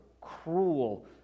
cruel